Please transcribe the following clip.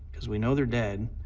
because we know they're dead,